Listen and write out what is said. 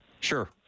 Sure